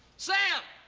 sam!